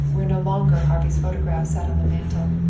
where no longer harvey's photograph sat on the mantel,